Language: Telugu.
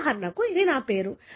ఉదాహరణకు ఇది నా పేరు